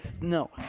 no